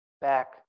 back